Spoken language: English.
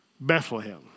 Bethlehem